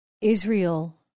Israel